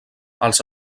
els